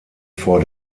vor